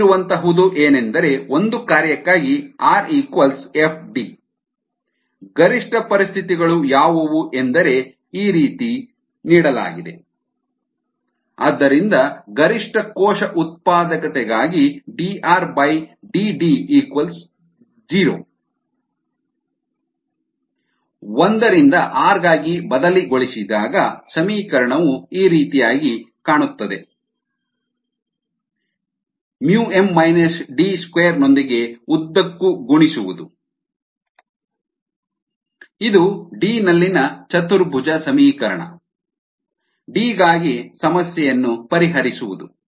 ತಿಳಿದಿರುವಂಥಹುದು ಏನೆಂದರೆ ಒಂದು ಕಾರ್ಯಕ್ಕಾಗಿ R f ಗರಿಷ್ಠ ಪರಿಸ್ಥಿತಿಗಳು ಯಾವವು ಎಂದರೆ dRdD0 and d2RdD20 ಆದ್ದರಿಂದ ಗರಿಷ್ಠ ಕೋಶ ಉತ್ಪಾದಕತೆಗಾಗಿ dRdD0 ರಿಂದ R ಗಾಗಿ ಬದಲಿಗೊಳಿಸಿದಾಗ d DYxsSi dD0 ddDDYxs Si D2YxsKsm D0 ddDDYxs Si ddDD2YxsKsm D 0 Yxs Si YxsKs2Dm D D2 12 0 Si Ks2Dm D22 0 2 ನೊಂದಿಗೆ ಉದ್ದಕ್ಕೂ ಗುಣಿಸುವುದು Si 2 Ks 2Dm D2 m2D2 2Dm Ks 2Dm D2Si D21KsSi 2Dm1KsSim20 ಇದು D ನಲ್ಲಿನ ಚತುರ್ಭುಜ ಸಮೀಕರಣ D ಗಾಗಿ ಸಮಸ್ಯೆಯನ್ನು ಪರಿಹರಿಸುವುದು D 2m4m2 4m21KsSi0